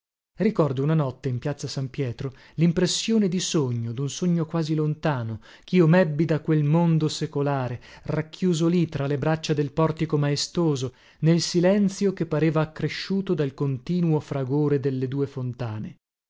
ricordo una notte in piazza san pietro limpressione di sogno dun sogno quasi lontano chio mebbi da quel mondo secolare racchiuso lì tra le braccia del portico maestoso nel silenzio che pareva accresciuto dal continuo fragore delle due fontane